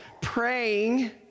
praying